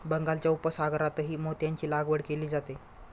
बंगालच्या उपसागरातही मोत्यांची लागवड केली जाते